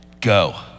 go